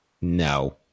No